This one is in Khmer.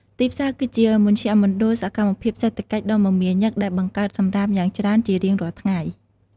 ទីផ្សារគឺជាមជ្ឈមណ្ឌលសកម្មភាពសេដ្ឋកិច្ចដ៏មមាញឹក ដែលបង្កើតសំរាមយ៉ាងច្រើនជារៀងរាល់ថ្ងៃ។